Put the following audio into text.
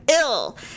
ill